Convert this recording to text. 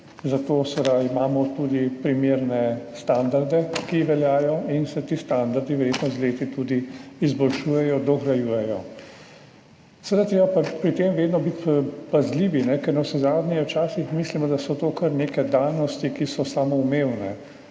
imamo tudi primerne standarde, ki veljajo in se ti standardi verjetno z leti tudi izboljšujejo, dograjujejo. Seveda pa je treba biti pri tem vedno pazljiv, ker navsezadnje včasih mislimo, da so to kar neke danosti, ki so samoumevne,